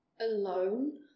alone